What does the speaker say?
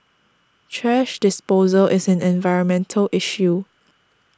thrash disposal is an environmental issue